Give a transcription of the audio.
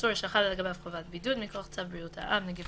עצור שחלה לגביו חובת בידוד מכוח צו בריאות העם (נגיף